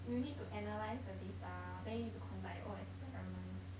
you need to analyse the data then you need to conduct your own experiments